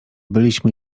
byliśmy